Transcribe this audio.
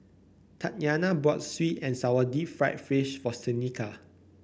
Tatyana bought sweet and sour Deep Fried Fish for Seneca